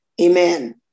amen